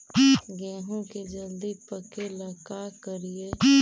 गेहूं के जल्दी पके ल का करियै?